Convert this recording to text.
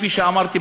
כפי שאמרתי,